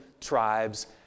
tribes